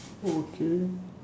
okay